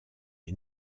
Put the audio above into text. est